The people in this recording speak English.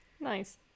Nice